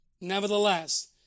Nevertheless